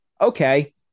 Okay